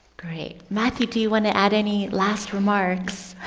great. matthew, do you want to add any last remarks?